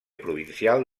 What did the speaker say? provincial